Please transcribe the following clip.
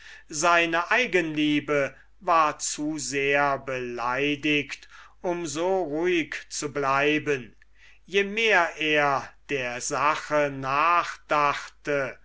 seine eigenliebe war zu sehr beleidigt um so ruhig zu bleiben je mehr er der sache